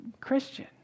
Christian